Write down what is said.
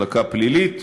מחלקה פלילית,